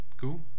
Cool